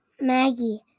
Maggie